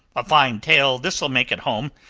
a fine tale this'll make at home!